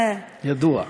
ידוע.